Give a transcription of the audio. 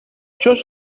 ποιος